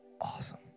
Awesome